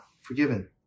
forgiven